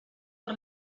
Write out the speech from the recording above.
por